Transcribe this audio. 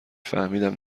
فهمیدم